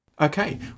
okay